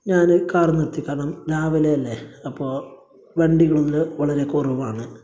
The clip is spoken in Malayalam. ഞാൻ കാർ നിർത്തി കാരണം രാവിലെ അല്ലെ അപ്പോൾ വണ്ടികളെല്ലാം വളരെ കുറവാണ്